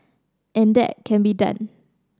and that can be done